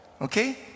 Okay